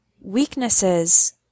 Weaknesses